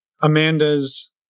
Amanda's